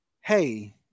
hey